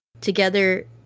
together